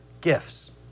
gifts